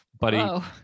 buddy